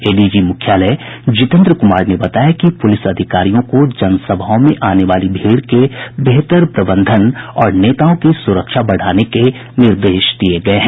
ADG मुख्यालय जितेन्द्र कुमार ने बताया कि पुलिस अधिकारियों को जनसभाओं में आने वाली भीड़ के बेहतर प्रबंधन और नेताओं की सुरक्षा बढ़ाने के निर्देश दिये गये हैं